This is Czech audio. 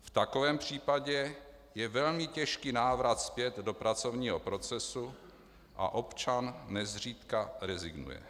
V takovém případě je velmi těžký návrat zpět do pracovního procesu a občan nezřídka rezignuje.